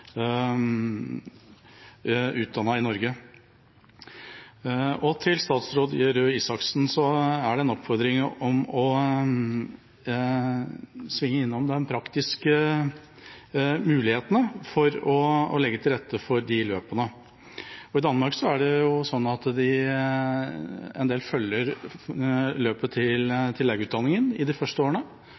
i Norge? Til statsråd Røe Isaksen er det en oppfordring om å svinge innom de praktiske mulighetene for å legge til rette for løpene. I Danmark er det sånn at en del følger løpet til legeutdanningen de første årene.